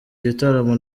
gitaramo